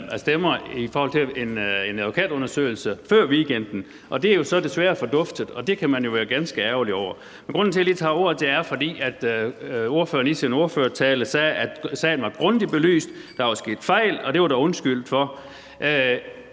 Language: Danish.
et flertal for en advokatundersøgelse før weekenden, men det er jo så desværre forduftet, og det kan man jo være ganske ærgerlig over. Grunden til, at jeg lige tager ordet, er, at ordføreren i sin ordførertale sagde, at sagen var grundigt belyst, at der var sket fejl, og det var der undskyldt for.